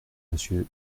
monsieur